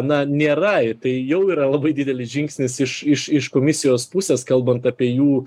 na nėra tai jau yra labai didelis žingsnis iš iš iš komisijos pusės kalbant apie jų